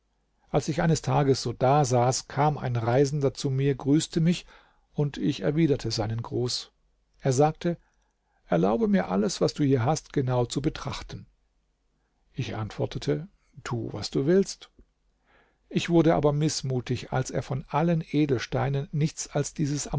als ich eines tages so dasaß kam ein reisender zu mir grüßte mich und ich erwiderte seinen gruß er sagte erlaube mir alles was du hier hast genau zu betrachten ich antwortete tu was du willst ich wurde aber mißmutig als er von allen edelsteinen nichts als dieses